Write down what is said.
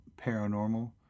Paranormal